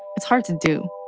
it's hard to do